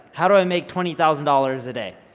how do i make twenty thousand dollars a day,